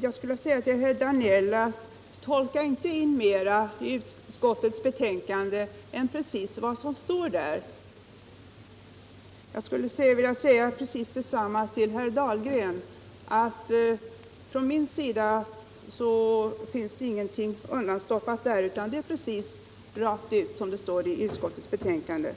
Jag skulle vilja säga till herr Danell: Tolka inte in mer i utskottets betänkande än precis vad som står där. Jag vill säga precis detsamma till herr Dahlgren. Vi har inte stoppat undan någonting, utan betydelsen är precis den som framgår av utskottsbetänkandet.